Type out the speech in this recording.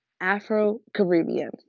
Afro-Caribbean